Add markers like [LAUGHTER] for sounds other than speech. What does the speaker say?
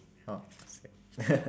orh it's [LAUGHS]